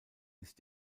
ist